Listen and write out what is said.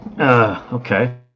Okay